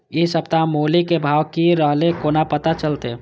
इ सप्ताह मूली के भाव की रहले कोना पता चलते?